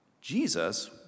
Jesus